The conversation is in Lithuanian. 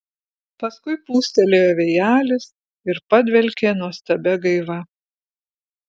paskui pūstelėjo vėjelis ir padvelkė nuostabia gaiva